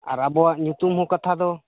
ᱟᱨ ᱟᱵᱚᱣᱟᱜ ᱧᱩᱛᱩᱢ ᱦᱚᱸ ᱠᱟᱛᱷᱟ ᱫᱚ